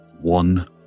One